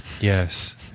Yes